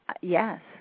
yes